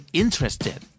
interested